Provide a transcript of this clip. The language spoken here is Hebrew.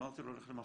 אמרתי לו, לך למפעם.